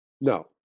no